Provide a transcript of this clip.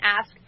ask